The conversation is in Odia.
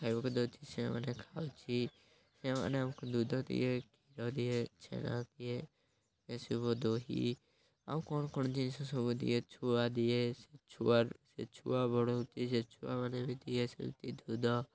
ଖାଇବାକୁ ଦଉଛି ସେମାନେ ଖାଉଛି ସେମାନେ ଆମକୁ ଦୁଧ ଦିଏ କ୍ଷୀର ଦିଏ ଛେନା ଦିଏ ଏସବୁ ଦହି ଆଉ କ'ଣ କ'ଣ ଜିନିଷ ସବୁ ଦିଏ ଛୁଆ ଦିଏ ସେ ଛୁଆ ସେ ଛୁଆ ବଡ଼ ହେଉଛି ସେ ଛୁଆମାନେ ବି ଦିଏ ସେମିତି ଦୁଧ